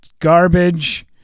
garbage